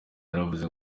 yaravuze